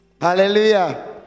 Hallelujah